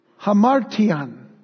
hamartian